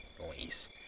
noise